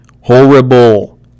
Horrible